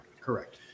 Correct